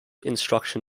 instruction